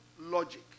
logic